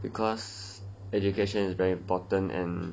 because education is very important and